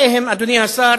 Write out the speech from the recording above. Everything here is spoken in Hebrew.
אלה הם, אדוני השר,